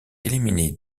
éliminé